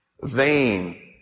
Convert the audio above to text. Vain